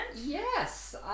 Yes